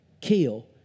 kill